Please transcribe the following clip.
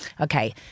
okay